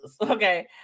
Okay